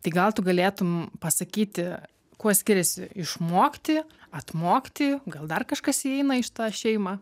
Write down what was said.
tai gal tu galėtum pasakyti kuo skiriasi išmokti atmokti gal dar kažkas įeina į šitą šeimą